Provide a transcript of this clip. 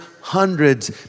hundreds